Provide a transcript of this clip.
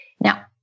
Now